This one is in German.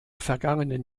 vergangenen